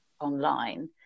online